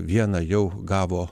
vieną jau gavo